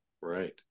Right